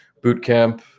bootcamp